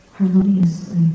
harmoniously